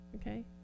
okay